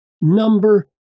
number